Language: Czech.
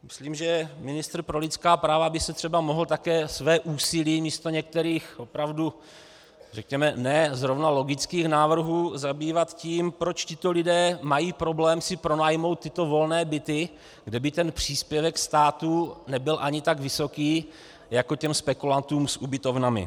Myslím, že ministr pro lidská práva by se třeba mohl také místo některých opravdu, řekněme, ne zrovna logických návrhů zabývat tím, proč tito lidé mají problém si pronajmout tyto volné byty, kde by ten příspěvek státu nebyl ani tak vysoký jako těm spekulantům s ubytovnami.